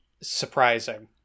surprising